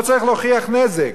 לא צריך להוכיח נזק.